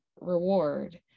reward